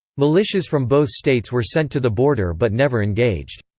militias from both states were sent to the border but never engaged.